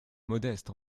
modeste